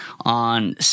on